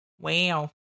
wow